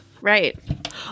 Right